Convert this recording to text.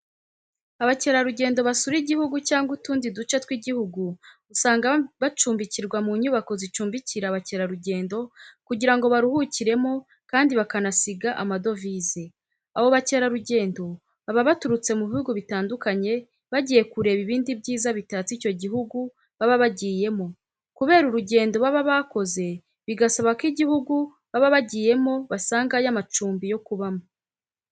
Abakerarugendo basura igihugu cyangwa utundi duce tw'igihugu, usanga bacumbikirwa mu nyubako zicumbikira abakerarugendo kugira ngo baruhukiremo kandi bakanasiga amadovize, abo bakerarugendo baba baturutse mu bihugu bitandukanye bagiye kureba ibindi byiza bitatse icyo gihugu baba bagiyemo kubera urugendo baba bakoze bigasaba ko igihugu baba bagiyemo basangayo amacumbi yo kubamo.